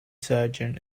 surgeon